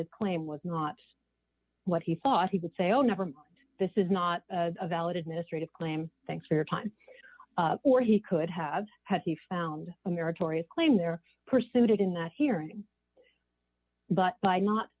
his claim was not what he thought he would say oh never this is not a valid administrative claim thanks for your time or he could have had he found a meritorious claim there pursued in that hearing but by not